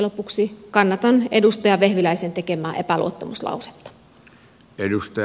lopuksi kannatan edustaja vehviläisen tekemää epäluottamuslausetta